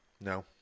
No